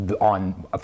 on